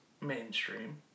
mainstream